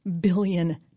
billion